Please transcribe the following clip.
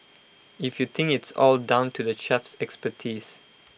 if you think it's all down to the chef's expertise